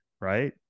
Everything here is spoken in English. right